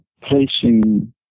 Placing